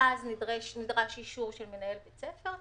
ואז נדרש אישור של מנהל בית ספר,